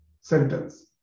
sentence